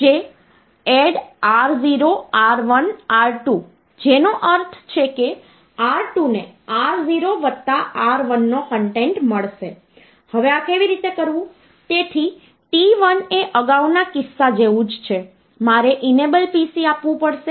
તેને પ્રોસેસરનું શબ્દ કદ કહેવામાં આવે છે અને આ શબ્દ કદ કહે છે કે ડેટાનું કદ શું હોય છે કે જેના પર આ પ્રોસેસર કામ કરશે